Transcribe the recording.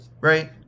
right